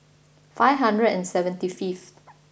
five hundred and seventy fifth